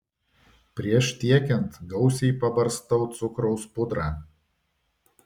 prieš tiekiant gausiai pabarstau cukraus pudra